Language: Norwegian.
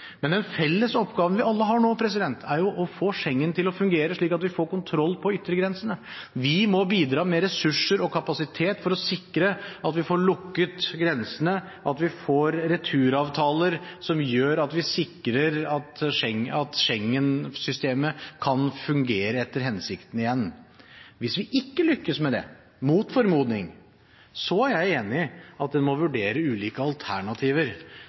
Men den felles oppgaven vi alle har nå, er å få Schengen til å fungere, slik at vi får kontroll på yttergrensene. Vi må bidra med ressurser og kapasitet for å sikre at vi får lukket grensene, at vi får returavtaler som gjør at vi sikrer at Schengen-systemet kan fungere etter hensikten igjen. Hvis vi ikke lykkes med det – mot formodning – er jeg enig i at en må vurdere ulike alternativer.